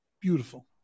Beautiful